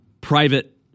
private